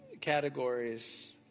categories